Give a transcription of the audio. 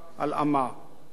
ותראו מה אנחנו רואים פה.